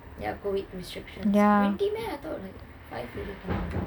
ya COVID restriction twenty meh I thought five